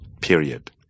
Period